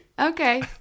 Okay